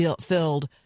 filled